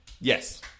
Yes